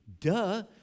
Duh